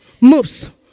moves